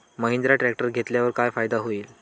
Mahindra tractor घेतल्यावर काय फायदा होईल?